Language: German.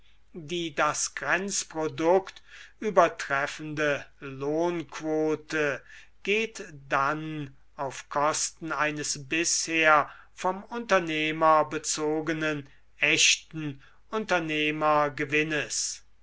die das grenzprodukt übertreffende lohnquote geht dann auf kosten eines bisher vom unternehmer bezogenen echten